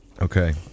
okay